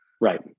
Right